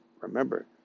remember